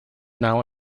now